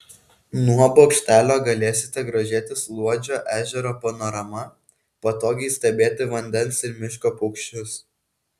nuo bokštelio galėsite grožėtis luodžio ežero panorama patogiai stebėti vandens ir miško paukščius